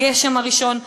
הגשם הראשון,